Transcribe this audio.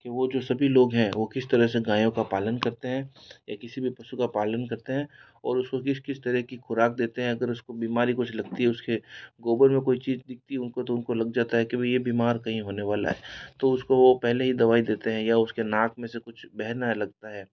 वो जो सभी लोग हैं वो किस तरह से गायों का पालन करते हैं यह किसी पशु का पालन करते हैं और उसको किस किस तरह की खुराक देते हैं अगर उसको बीमारी कुछ लगती है उसके गोबर में कोई चीज दिखती उनको पता लग जाता है कि वह बीमार कहीं होने वाला है तो उसको वह पहले ही दवाई देते हैं या नाक में से कुछ बहने लगता है